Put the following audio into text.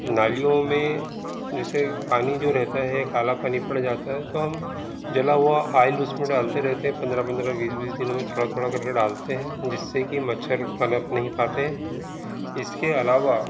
नालियों में जैसे पानी जो रहता है काला पानी पड़ जाता है तो हम जला हुआ ऑयल उसमें डालते रहते पंद्रह पंद्रह बीस बीस दिनों में थोड़ा थोड़ा करके डालते हैं जिससे की मच्छर पनप नहीं पाते इसके आलावा